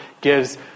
gives